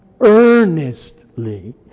earnestly